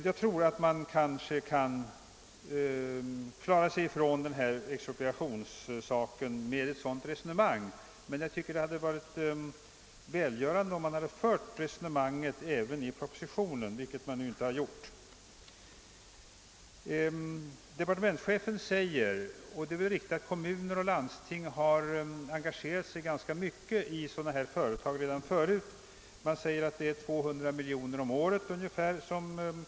Det är möjligt att man med denna konstruktion kan komma ifrån att detta är ett expropriationsliknande förfarande, men det hade varit välgörande om detta resonemang förts även i propositionen, men så har inte skett. Departemenschefen säger att kommuner och landsting redan förut engagerat sig ganska mycket i sådana trafikföretag — och det är väl riktigt.